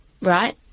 Right